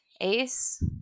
Ace